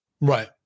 right